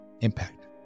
impact